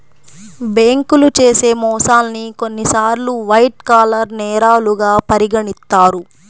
బ్యేంకులు చేసే మోసాల్ని కొన్నిసార్లు వైట్ కాలర్ నేరాలుగా పరిగణిత్తారు